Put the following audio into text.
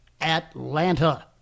Atlanta